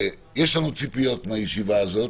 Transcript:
יש לנו ציפיות מהישיבה הזאת,